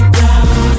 down